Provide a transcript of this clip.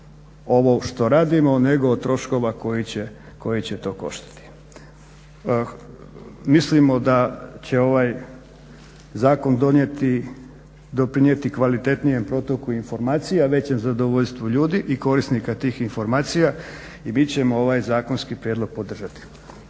ovo što radimo nego troškova koji će to koštati. Mislimo da će ovaj zakon doprinijeti kvalitetnijem protoku informacija, većem zadovoljstvu ljudi i korisnika tih informacija i mi ćemo ovaj zakonski prijedlog podržati.